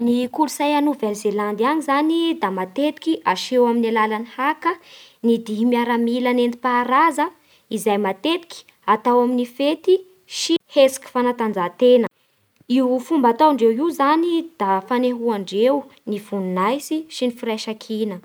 Ny kolotsay a Nouvelle-Zélande any zany dia matetiky aseho amin'ny alalan'ny Haka, ny dihy miaramila nentim-paharaza izay matetiky atao amin'ny fety sy hetsiky fanatanjaha-tena Io fomba ataondreo io zany da fanehoandreo ny voninahitsy sy ny firaisankina